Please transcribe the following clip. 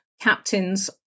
captains